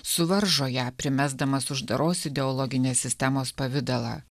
suvaržo ją primesdamas uždaros ideologinės sistemos pavidalą